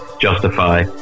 justify